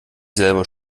selber